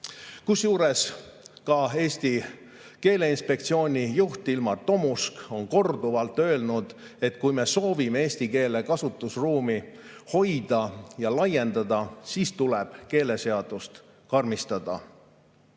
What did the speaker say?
Kusjuures ka Eesti keeleinspektsiooni juht Ilmar Tomusk on korduvalt öelnud, et kui me soovime eesti keele kasutusruumi hoida ja laiendada, siis tuleb keeleseadust karmistada. Seaduse